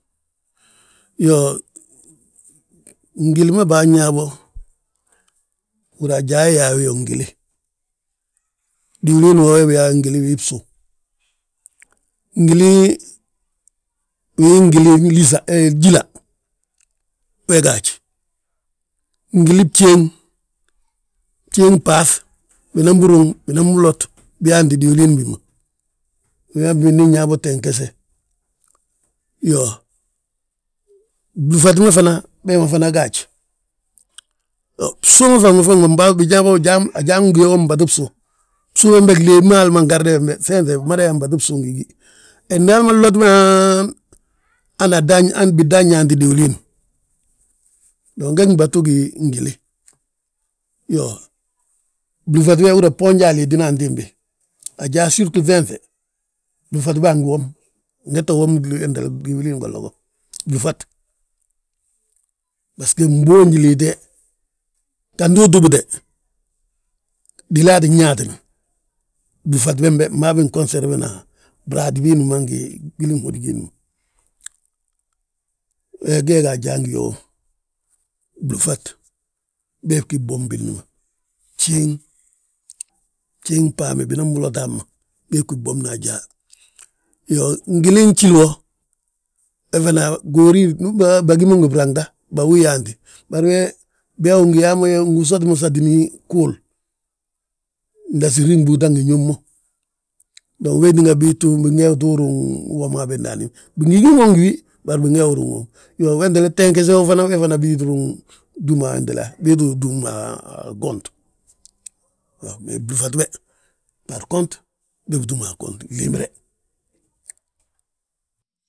Iyoo, ngili ma baanyaa habo, húri yaa ajaa hi yaayi yo ngili diwilin wo we biyaa ngili wii bsu. Ngili, wiin jíla, we gaaj, ngili bjéeŋ, bjéeŋ baaŧ, binan biruŋ binanbi lot, biyaanti diwilin bi ma; Wi ma binmindi nyaa bo tengese. Iyoo, Blúfat ma fana, be ma fana gaaj. Iyoo, bsu ma faŋ ma faŋ ma, ajaa ngi yo wom mbatu bsu, bsu bembe ngarde bembe ŧeenŧe bimada yaa mbatu bsu ngi gi. He ndi hali ma nloti mo haa, han bidan yaanti diwilin, dong ge gdúbatu gí ngilin. Iyoo, blúŧat be húri yaa bboonji a liitina antimbi, ajaa sirtú ŧeenŧe, blúŧat bi angi wom, ngette gwomi diwilin golla go, blúŧat. Bbasgo mboonji liite, gantu utubute, délaa ttin yaantitina, blúŧat bembe mmaa bi ngoserfena, braatí biindi ma ngi gwilin hódi giindima. Iyoo, geegi ajaa ngi yo wome blúŧat, beeb gí bwom billi ma bjéeŋ, bjéeŋ bhaame binan bi loti hamma beeb gí bwomna ajaa. Iyoo, ngilin jíli wo, we fana goori ndu gí mo ngi branta, bawi yaanti, bari we biyaa win gi yaa ye, win gí sati mo satini gguul, ndasiri mbúuta ngi ñób mo, dong wee tínga bingeeti ruŋ womi habe ndaani, bingi gí mo ngi wi, bari bingee wi ruŋ wom. Iyoo, wentele, tengese wo fana, he fana bii ttu ruŋ túm a wentele, bii tti túma a goont. Iyoo, mee blúŧat be, bbargont be bitúm a gont glimbire.